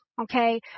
okay